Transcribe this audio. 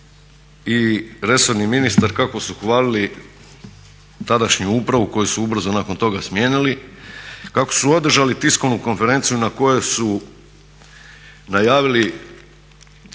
i resorni ministar kako su hvalili tadašnju upravu koju su ubrzo nakon toga smijenili, kako su održali tiskovnu konferenciju na kojoj su najavili tim od ako se ne